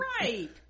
Right